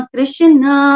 Krishna